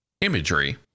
imagery